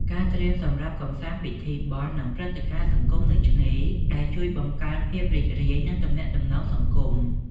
ការត្រៀមសម្រាប់កម្សាន្តពិធីបុណ្យ និងព្រឹត្តិការណ៍សង្គមនៅឆ្នេរ ដែលជួយបង្កើនភាពរីករាយ និងទំនាក់ទំនងសង្គម។